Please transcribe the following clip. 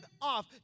off